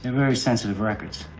very sensitive records.